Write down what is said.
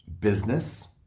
business